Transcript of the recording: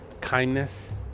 kindness